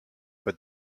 but